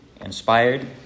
inspired